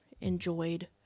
enjoyed